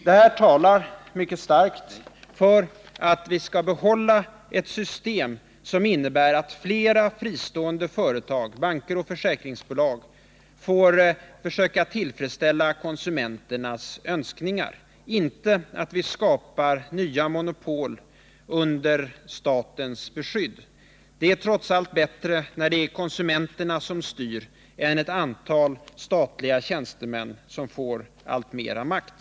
Detta talar starkt för att vi skall behålla ett system som innebär att flera fristående företag, banker och försäkringsbolag får försöka tillfredsställa konsumenternas önskningar. Det talar inte för att vi skapar nya monopol under statens beskydd. Det är trots allt bättre när konsumenterna styr än när ett antal statliga tjänstemän får alltmera makt.